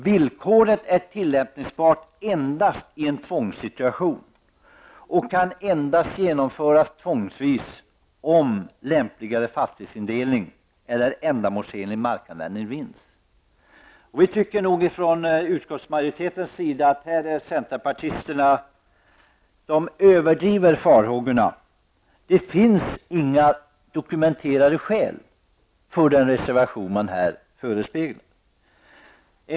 Villkoret är tillämpningsbart endast i en tvångssituation och kan endast genomföras tvångsvis om lämpligare fastighetsindelning eller ändamålsenlig markanvändning vinns. Utskottsmajoriteten anser nog att centerpartiet överdriver farhågorna. Det finns inga dokumenterade skäl för det som reservanterna förespeglar i sin reservation.